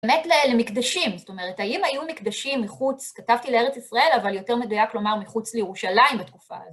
באמת למקדשים, זאת אומרת, האם היו מקדשים מחוץ, כתבתי לארץ ישראל, אבל יותר מדויק לומר מחוץ לירושלים בתקופה הזאת?